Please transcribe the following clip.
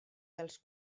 dels